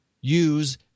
use